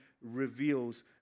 reveals